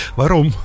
Waarom